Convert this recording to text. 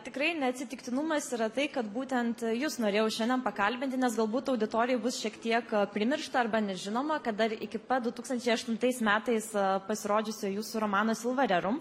tikrai ne atsitiktinumas yra tai kad būtent jus norėjau šiandien pakalbinti nes galbūt auditorijai bus šiek tiek primiršta arba nežinoma kad dar iki pat du tūkstančiai aštuntais metais pasirodžiusio jūsų romano silva rerum